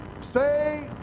say